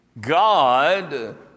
God